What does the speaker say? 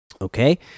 Okay